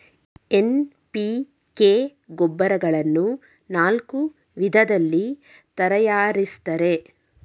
NPK ಗೊಬ್ಬರಗಳನ್ನು ನಾಲ್ಕು ವಿಧದಲ್ಲಿ ತರಯಾರಿಸ್ತರೆ